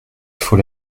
faut